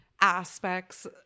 Aspects